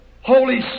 Holy